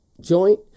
joint